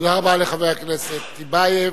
תודה רבה לחבר הכנסת טיבייב,